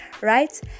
right